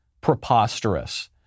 preposterous